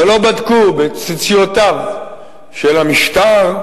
ולא בדקו בציציותיו של המשטר.